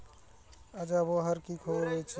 আজ আবহাওয়ার কি খবর রয়েছে?